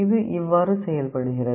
இது இவ்வாறு செயல்படுகிறது